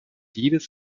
jedes